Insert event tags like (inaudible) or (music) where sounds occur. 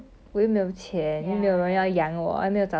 (noise) true